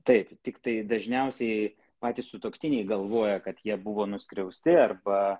taip tiktai dažniausiai patys sutuoktiniai galvoja kad jie buvo nuskriausti arba